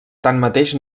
tanmateix